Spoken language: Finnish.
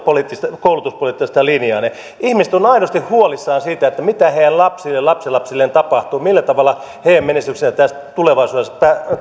koulutuspoliittista linjaanne ihmiset ovat aidosti huolissaan siitä mitä heidän lapsilleen lapsenlapsilleen tapahtuu millä tavalla heidän menestyksensä tulevaisuudessa